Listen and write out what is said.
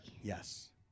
Yes